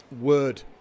Word